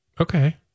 Okay